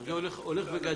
גם זה הולך וגדל.